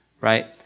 right